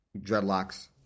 dreadlocks